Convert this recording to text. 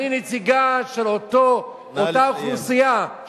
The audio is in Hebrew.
אני נציגה של אותה אוכלוסייה, נא לסיים.